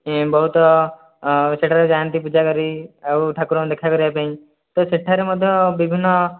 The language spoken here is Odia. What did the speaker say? ବହୁତ ସେଠାରେ ଯାଆନ୍ତି ପୂଜା କରି ଆଉ ଠାକୁରଙ୍କୁ ଦେଖା କରିବା ପାଇଁ ତ ସେଠାରେ ମଧ୍ୟ ବିଭିନ୍ନ